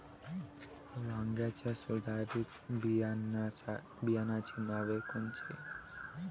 वांग्याच्या सुधारित बियाणांची नावे कोनची?